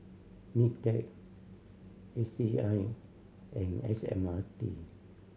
NITEC H C I and S M R T